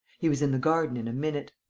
he was in the garden in a minute.